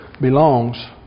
belongs